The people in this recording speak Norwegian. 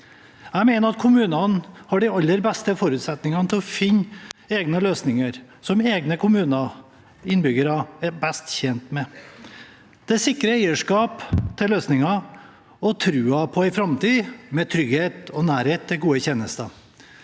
Jeg mener at kommunene har de aller beste forutsetninger for å finne løsninger som egne kommuner og innbyggere er best tjent med. Det sikrer eierskap til løsningen og troen på en framtid med trygghet og nærhet til gode tjenester.